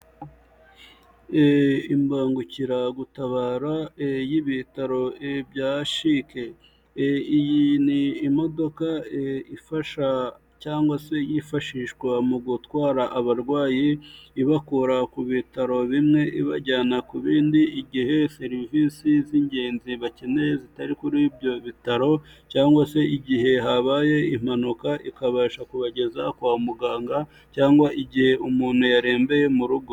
Imbangukiragutabara y'ibitaro bya shike. Iyi ni imodoka ifasha cyangwa se yifashishwa mu gutwara abarwayi ibakura ku bitaro bimwe ibajyana ku bindi igihe serivisi z'ingenzi bakeneye zitari kuri ibyo bitaro cyangwa se igihe habaye impanuka ikabasha kubageza kwa muganga cyangwa igihe umuntu yarembeye mu rugo.